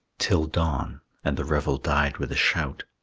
till dawn and the revel died with a shout,